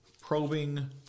probing